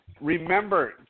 Remember